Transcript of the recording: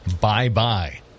Bye-bye